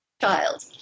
child